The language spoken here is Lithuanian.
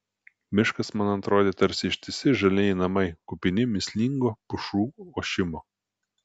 miškas man atrodė tarsi ištisi žalieji namai kupini mįslingo pušų ošimo